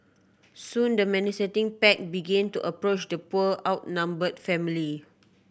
soon the bag begin to approach the poor outnumbered family